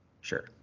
Sure